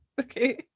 okay